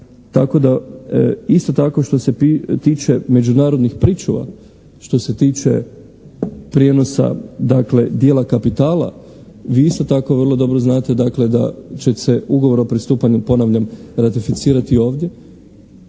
Tako da isto tako što se tiče međunarodnih pričuva, što se tiče prijenosa, dakle, dijela kapitala vi isto tako vrlo dobro znate, dakle, da će se Ugovor o pristupanju, ponavljam, ratificirati ovdje.